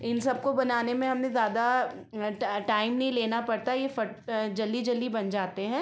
इन सबको बनाने में हमें ज़्यादा टाइम नहीं लेना पड़ता ये जल्दी जल्दी बन जाते हैं हाँ